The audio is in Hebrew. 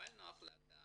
קיבלנו החלטה